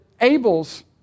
Abel's